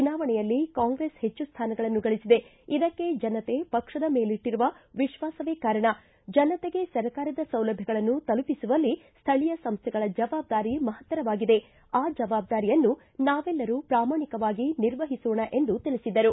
ಚುನಾವಣೆಯಲ್ಲಿ ಕಾಂಗ್ರೆಸ್ ಹೆಚ್ಚು ಸ್ವಾನಗಳನ್ನು ಗಳಿಸಿದೆ ಇದಕ್ಕೆ ಜನತೆ ಪಕ್ಷದ ಮೇಲಿಟ್ಟಿರುವ ವಿಶ್ವಾಸವೇ ಕಾರಣ ಜನತೆಗೆ ಸರ್ಕಾರದ ಸೌಲಭ್ಯಗಳನ್ನು ತಲುಪಿಸುವಲ್ಲಿ ಸ್ಕಳೀಯ ಸಂಸ್ಥೆಗಳ ಜವಾಬ್ದಾರಿ ಮಹತ್ತರವಾಗಿದೆ ಆ ಜವಾಬ್ದಾರಿಯನ್ನು ನಾವೆಲ್ಲರೂ ಪ್ರಾಮಾಣಿಕವಾಗಿ ನಿರ್ವಹಿಸೋಣ ಎಂದು ತಿಳಿಸಿದರು